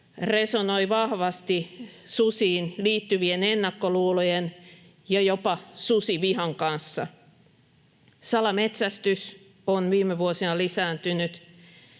resonoi vahvasti susiin liittyvien ennakkoluulojen ja jopa susivihan kanssa. Salametsästys on viime vuosina lisääntynyt.